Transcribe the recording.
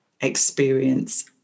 experience